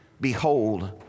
Behold